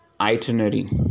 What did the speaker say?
itinerary